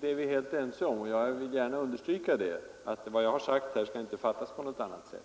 är vi helt ense om, och jag vill gärna understryka att vad jag har sagt här inte skall fattas på något annat sätt.